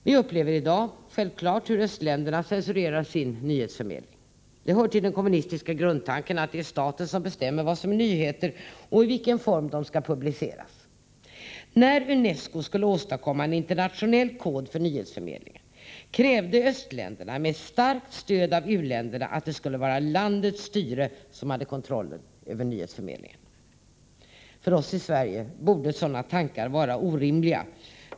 Vi upplever i dag självfallet hur östländerna censurerar sin nyhetsförmedling. Det hör till den kommunistiska grundtanken att det är staten som bestämmer vad som är nyheter och i vilken form de skall publiceras. När UNESCO skulle åstadkomma en internationell kod för nyhetsförmedlingen krävde östländerna med starkt stöd av u-länderna att det skulle vara landets styre som hade kontrollen över nyhetsförmedligen. För oss i Sverige borde sådana tankar vara orimliga.